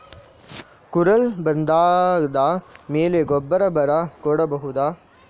ಕುರಲ್ ಬಂದಾದ ಮೇಲೆ ಗೊಬ್ಬರ ಬರ ಕೊಡಬಹುದ?